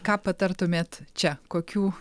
ką patartumėt čia kokių